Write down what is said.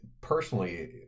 Personally